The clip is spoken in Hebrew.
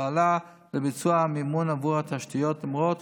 פעלה לביצוע המימון עבור התשתיות למרות